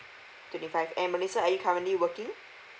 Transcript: twenty five and melissa are you currently working